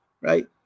right